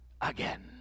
again